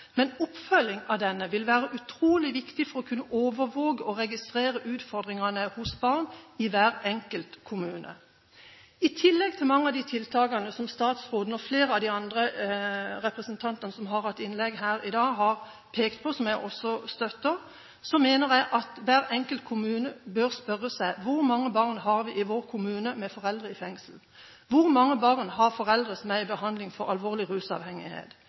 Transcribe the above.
men oppfølging av denne vil være utrolig viktig for å kunne overvåke og registrere utfordringene hos barn i hver enkelt kommune. I tillegg til mange av de tiltakene som statsråden og flere av de andre representantene som har hatt innlegg her i dag, har pekt på – som jeg også støtter – mener jeg at hver enkelt kommune bør spørre seg: Hvor mange barn har vi i vår kommune med foreldre i fengsel? Hvor mange barn har foreldre som er i behandling for alvorlig rusavhengighet?